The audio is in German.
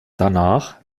danach